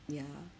yeah